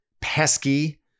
pesky